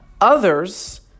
Others